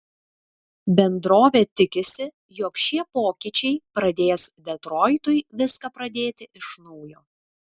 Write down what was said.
bendrovė tikisi jog šie pokyčiai pradės detroitui viską pradėti iš naujo